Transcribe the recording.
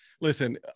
listen